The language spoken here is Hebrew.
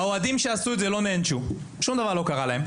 האוהדים שעשו את זה לא נענשו ושום דבר לא קרה להם.